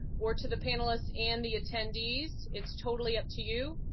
or to the panelist and the attendees. it's totally up to you,